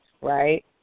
right